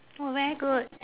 !wah! very good